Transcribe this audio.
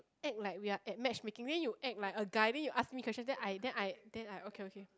act like we are at match making then you act like a guy then you ask me question then I then I then I okay okay